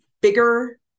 bigger